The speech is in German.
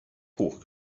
hoch